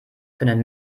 können